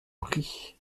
prie